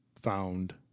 found